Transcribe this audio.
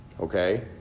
Okay